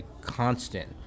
constant